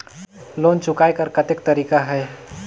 Loan चुकाय कर कतेक तरीका है?